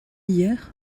hier